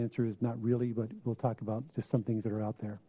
answer is not really but we'll talk about just some things that are out there